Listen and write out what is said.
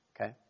Okay